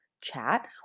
chat